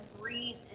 breathe